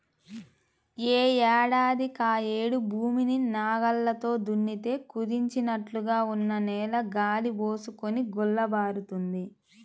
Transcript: యే ఏడాదికాయేడు భూమిని నాగల్లతో దున్నితే కుదించినట్లుగా ఉన్న నేల గాలి బోసుకొని గుల్లబారుతుంది